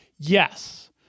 Yes